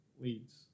leads